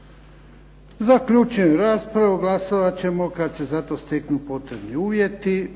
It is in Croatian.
Zaključujem raspravu, glasovat ćemo kada se zato steknu potrebni uvjeti.